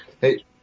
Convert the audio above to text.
hey